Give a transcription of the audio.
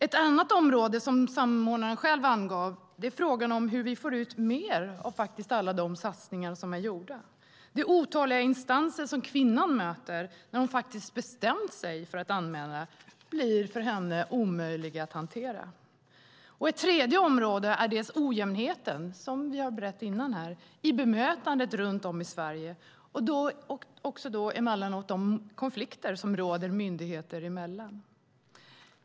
En annan fråga som samordnaren själv angav är hur vi får ut mer av alla de satsningar som är gjorda och att de otaliga instanser som kvinnan möter när hon faktiskt bestämt sig för att anmäla blir för henne omöjliga att hantera. Ett tredje område är ojämnheten i bemötandet runt om i Sverige och emellanåt de konflikter som råder myndigheter emellan.